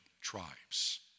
tribes